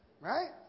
Right